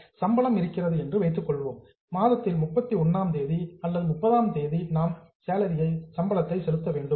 salary சம்பளம் இருக்கிறது என்று வைத்துக் கொள்வோம் மாதத்தில் 31ஆம் தேதி அல்லது 30ஆம் தேதி நாம் சம்பளத்தை செலுத்த வேண்டும்